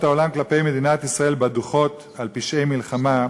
העולם כלפי מדינת ישראל בדוחות על פשעי מלחמה,